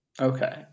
Okay